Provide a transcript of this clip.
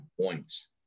points